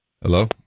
hello